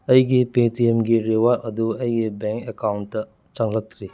ꯑꯩꯒꯤ ꯄꯦ ꯇꯤ ꯑꯦꯝꯒꯤ ꯔꯤꯋꯥꯔꯠ ꯑꯗꯨ ꯑꯩꯒꯤ ꯕꯦꯡ ꯑꯦꯀꯥꯎꯟꯇ ꯆꯪꯂꯛꯇ꯭ꯔꯤ